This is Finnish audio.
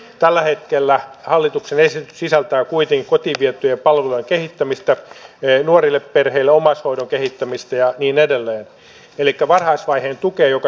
tällä hetkellä hallituksen esitys sisältää kuitin koti tiettyjä palloja kehittämistä ei nuorille maa on laaja ja maakuntien korkeakoulut tuottavat hyvää tutkimusta